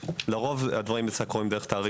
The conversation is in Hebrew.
לרוב הדברים אצלה קורים דרך התעריף התקין.